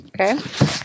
okay